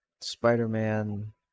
Spider-Man